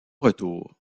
retour